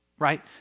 right